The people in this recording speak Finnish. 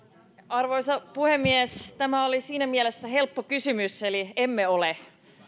arvoisa puhemies tämä oli siinä mielessä helppo kysymys että emme ole